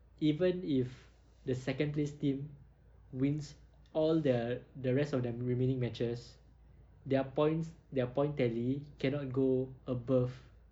even if the second place team wins all the the rest of their remaining matches their points their point tally cannot go above